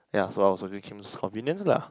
yeah so I was watching Kim's convenience lah